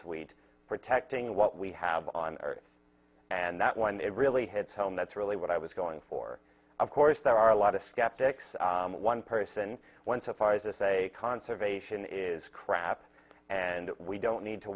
sweet protecting what we have on earth and that one it really hits home that's really what i was going for of course there are a lot of skeptics one person went so far as i say conservation is crap and we don't need to